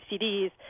CDs